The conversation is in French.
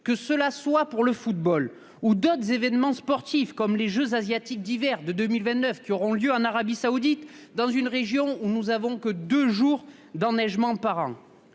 que cela soit pour le football ou pour d'autres événements sportifs comme les jeux asiatiques d'hiver de 2029 qui auront lieu en Arabie Saoudite ... dans une région où l'on compte deux jours d'enneigement par an